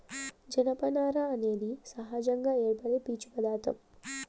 జనపనార అనేది సహజంగా ఏర్పడే పీచు పదార్ధం